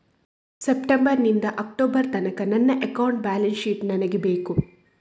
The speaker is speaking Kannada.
ಸೆಪ್ಟೆಂಬರ್ ನಿಂದ ಅಕ್ಟೋಬರ್ ತನಕ ನನ್ನ ಅಕೌಂಟ್ ಬ್ಯಾಲೆನ್ಸ್ ಶೀಟ್ ನನಗೆ ಬೇಕು